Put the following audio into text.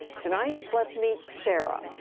tonight, let's meet sara,